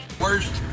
Worst